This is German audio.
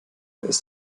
ist